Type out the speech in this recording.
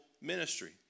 ministry